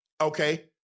Okay